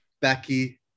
Becky